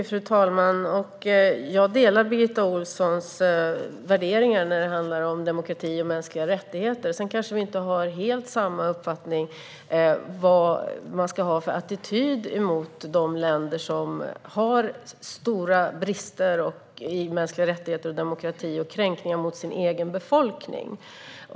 Fru talman! Jag delar Birgitta Ohlssons värderingar när det handlar om demokrati och mänskliga rättigheter. Sedan kanske vi inte har precis samma uppfattning i fråga om vilken attityd man ska ha gentemot länder som har stora brister vad gäller mänskliga rättigheter och demokrati och som gör sig skyldiga till kränkningar av sin egen befolkning.